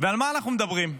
ועל מה אנחנו מדברים?